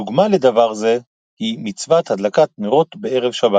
דוגמה לדבר זה, היא מצוות הדלקת נרות בערב שבת.